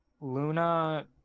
Luna